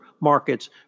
markets